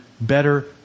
better